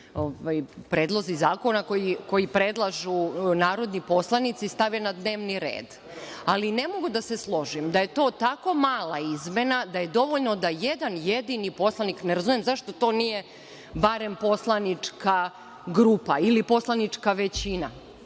predlozi zakona koji predlažu narodni poslanici stave na dnevni red, ali ne mogu da se složim da je to tako mala izmena da je dovoljno da jedan jedini poslanik, ne razumem zašto to nije barem poslanička grupa ili poslanička većina